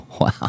Wow